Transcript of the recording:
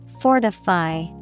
Fortify